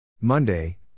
Monday